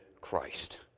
Christ